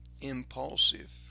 Impulsive